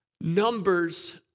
numbers